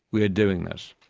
we are doing this.